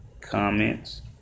comments